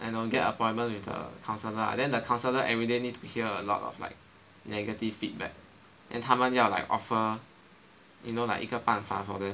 y'know get appointment with the counseller lah then the counsellor everyday need to hear a lot of like negative feedback then 他们要 like offer you know like 一个办法 for them